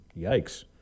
Yikes